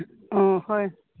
অঁ হয়